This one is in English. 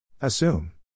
Assume